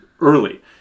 early